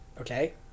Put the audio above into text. Okay